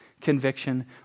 conviction